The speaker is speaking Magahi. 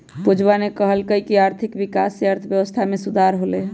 पूजावा ने कहल कई की आर्थिक विकास से अर्थव्यवस्था में सुधार होलय है